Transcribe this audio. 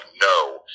no